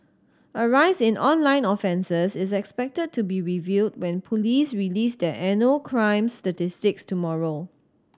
a rise in online offences is expected to be revealed when police release their annual crime statistics tomorrow